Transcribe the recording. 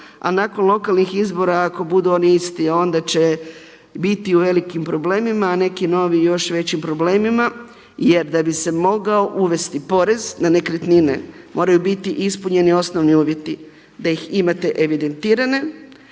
a nakon lokalnih izbora ako budu oni isti onda će biti u velikim problemima a neki novi u još većim problemima. Jer da bi se mogao uvesti porez na nekretnine moraju biti ispunjeni osnovni uvjeti da ih imate evidentirane,